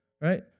right